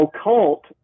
occult